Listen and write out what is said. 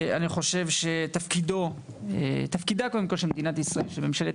אני חושב שתפקידה של מדינת ישראל וממשלת